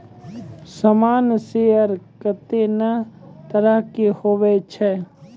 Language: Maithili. सामान्य शेयर कत्ते ने तरह के हुवै छै